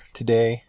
today